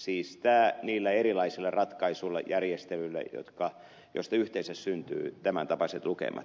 siis tämä niillä erilaisilla ratkaisuilla järjestelyillä joista yhteensä syntyvät tämäntapaiset lukemat